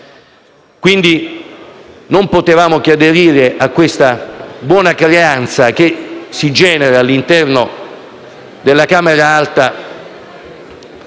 non potevamo che aderire a questa buona creanza che si genera all'interno della Camera alta